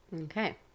Okay